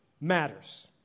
matters